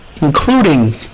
including